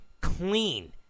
clean